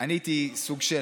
אני הייתי סוג של,